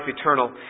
eternal